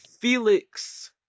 Felix